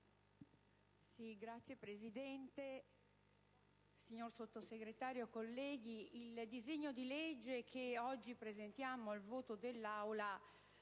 Signora Presidente, signor Sottosegretario, colleghi, il disegno di legge che oggi presentiamo al voto dell'Aula